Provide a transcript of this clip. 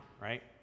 right